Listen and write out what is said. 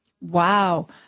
Wow